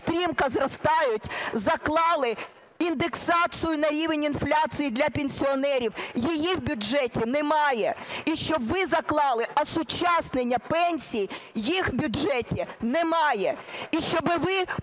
стрімко зростають, заклали індексацію на рівень інфляції для пенсіонерів. Її в бюджеті немає. І щоб ви заклали осучаснення пенсій, їх в бюджеті немає.